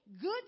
good